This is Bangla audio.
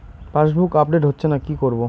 পাসবুক আপডেট হচ্ছেনা কি করবো?